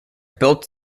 built